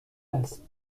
است